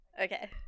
Okay